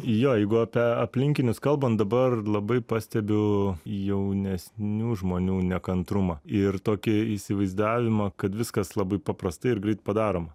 jo jeigu apie aplinkinius kalbant dabar labai pastebiu jaunesnių žmonių nekantrumą ir tokį įsivaizdavimą kad viskas labai paprastai ir greit padaroma